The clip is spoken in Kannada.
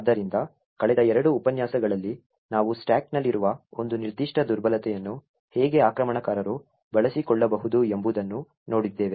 ಆದ್ದರಿಂದ ಕಳೆದ ಎರಡು ಉಪನ್ಯಾಸಗಳಲ್ಲಿ ನಾವು ಸ್ಟಾಕ್ನಲ್ಲಿರುವ ಒಂದು ನಿರ್ದಿಷ್ಟ ದುರ್ಬಲತೆಯನ್ನು ಹೇಗೆ ಆಕ್ರಮಣಕಾರರು ಬಳಸಿಕೊಳ್ಳಬಹುದು ಎಂಬುದನ್ನು ನೋಡಿದ್ದೇವೆ